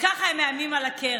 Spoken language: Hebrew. וככה הם מאיימים בקרע.